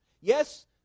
Yes